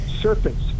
serpents